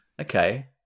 Okay